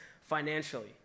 financially